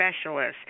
specialists